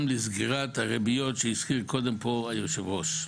לסגירת הריביות שהזכיר פה קודם יושב הראש.